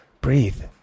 breathe